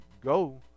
go